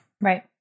Right